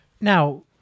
Now